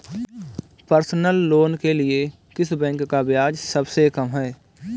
Personal loan के लिए किस बैंक का ब्याज सबसे कम है?